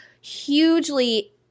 hugely